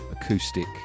acoustic